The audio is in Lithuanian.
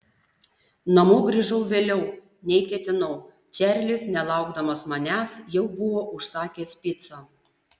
namo grįžau vėliau nei ketinau čarlis nelaukdamas manęs jau buvo užsakęs picą